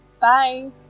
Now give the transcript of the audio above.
Bye